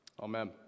Amen